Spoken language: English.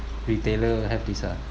retailer have these ah